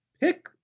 pick